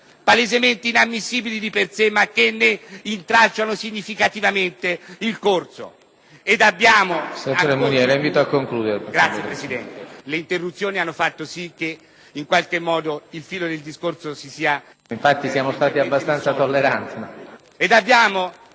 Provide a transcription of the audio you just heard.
palesemente inammissibili di per sé ma che intralciano significativamente il corso